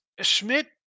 Schmidt